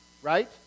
Right